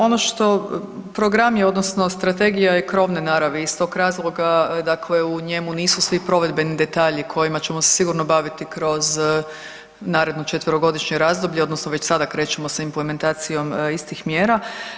Ono što, program je odnosno strategija je krovne naravi, iz tog razloga dakle u njemu nisu svi provedbeni detalji kojima ćemo se sigurno baviti kroz naredno 4-godišnje razdoblje odnosno već sada krećemo sa implementacijom istih mjera.